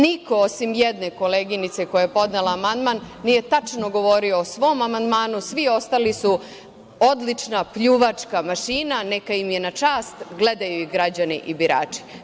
Niko osim jedne koleginice koja je podnela amandman nije tačno govorio o svom amandmanu, svi ostali su odlična pljuvačka mašina, neka im je na čast, gledaju ih građani i birači.